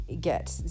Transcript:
get